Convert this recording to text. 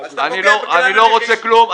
אני לא רוצה כלום.